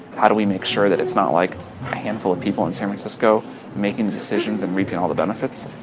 how do we make sure that it's not like a handful of people in san francisco making decisions and reaping all the benefits?